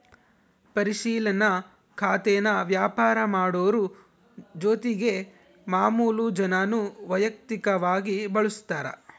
ಪರಿಶಿಲನಾ ಖಾತೇನಾ ವ್ಯಾಪಾರ ಮಾಡೋರು ಜೊತಿಗೆ ಮಾಮುಲು ಜನಾನೂ ವೈಯಕ್ತಕವಾಗಿ ಬಳುಸ್ತಾರ